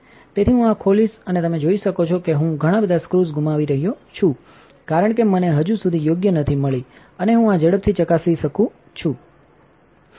તેથી હું આ ખોલીશ અને તમે જોઈ શકો છો કે હું ઘણા બધા સ્ક્રૂઝ ગુમાવી રહ્યો છું કારણ કે મને હજી સુધી યોગ્ય નથી મળી અને હું આ ઝડપથી ચકાસી શકું છું